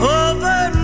over